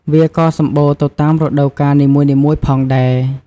វាក៏សម្បូរទៅតាមរដូវកាលនីមួយៗផងដែរ។